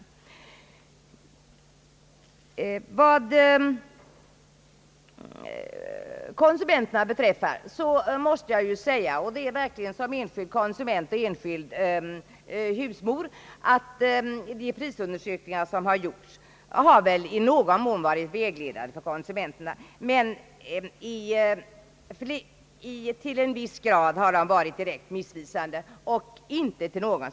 Vad konsumenterna beträffar måste jag säga — som enskild konsument och som husmor — att de prisundersökningar som gjorts väl i någon mån har varit vägledande för konsumenterna, men till en viss grad varit missvisande och inte till gagn.